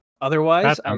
otherwise